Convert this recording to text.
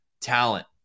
talent